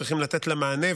וצריכים לתת לה מענה,